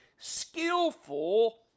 skillful